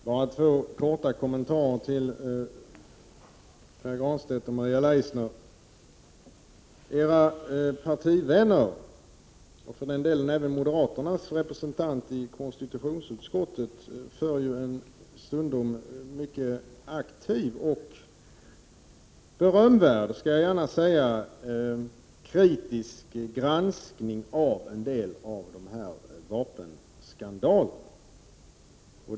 Herr talman! Bara två korta kommentarer till Pär Granstedt och Maria Leissner. Era partivänner, och för den delen även moderaternas representant i konstitutionsutskottet, agerar ju stundom mycket aktivt och riktar berömvärd — det skall jag gärna säga — kritik mot en del av vapenskandalerna.